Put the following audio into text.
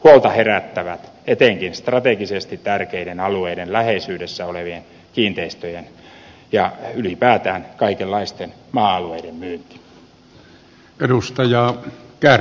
huolta herättävät etenkin strategisesti tärkeiden alueiden läheisyydessä olevien kiinteistöjen ja ylipäätään kaikenlaisten maa alueiden myynti